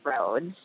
roads